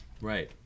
right